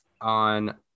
on